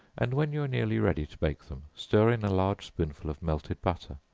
and when you are nearly ready to bake them, stir in a large spoonful of melted butter,